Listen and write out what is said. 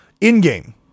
In-game